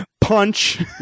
Punch